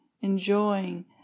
enjoying